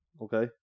Okay